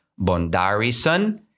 Bondarison